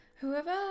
Whoever